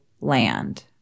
land